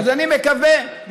אני מקווה,